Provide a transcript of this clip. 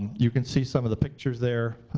you can see some of the pictures there.